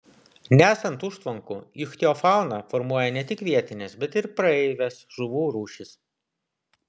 nesant užtvankų ichtiofauną formuoja ne tik vietinės bet ir praeivės žuvų rūšys